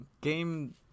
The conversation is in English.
game